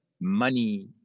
money